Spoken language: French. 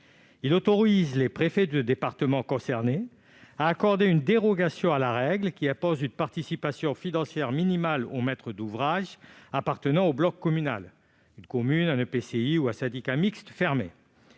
Il autorise les préfets de département à accorder une dérogation à la règle qui impose une participation financière minimale au maître d'ouvrage appartenant au bloc communal- commune, EPCI ou syndicat mixte fermé.